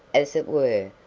as it were,